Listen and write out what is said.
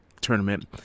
tournament